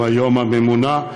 היום הממונָה,